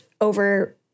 over